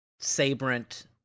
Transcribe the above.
Sabrent